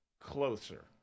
closer